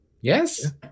Yes